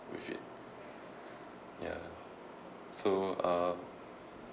with it ya so uh